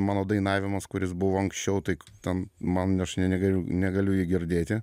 mano dainavimas kuris buvo anksčiau tai ten man nu aš negaliu negaliu jo girdėti